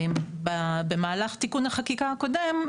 במהלך תיקון החקיקה הקודם,